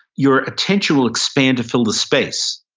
your attention will expand to fill the space.